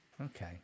Okay